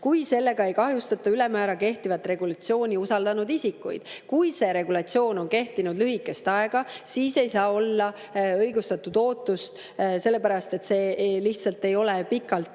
ülemäära ei kahjustata kehtivat regulatsiooni usaldanud isikuid. Kui see regulatsioon on kehtinud lühikest aega, siis ei saa olla õigustatud ootust, sellepärast et see lihtsalt ei ole pikalt toiminud.